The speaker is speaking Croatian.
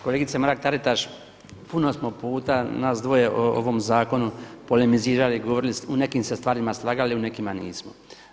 Kolegice Mrak TAritaš, puno smo puta nas dvoje o ovom zakonu polemizirali, u nekim se stvarima slagali u nekima nismo.